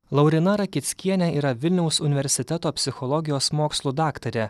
lauryna rakickienė yra vilniaus universiteto psichologijos mokslų daktarė